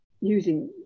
using